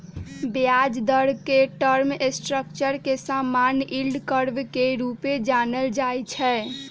ब्याज दर के टर्म स्ट्रक्चर के समान्य यील्ड कर्व के रूपे जानल जाइ छै